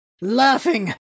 laughing